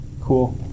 cool